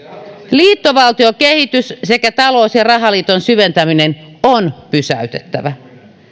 liittovaltiokehitys sekä talous ja rahaliiton syventäminen on pysäytettävä